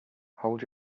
hold